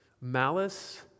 Malice